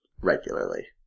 regularly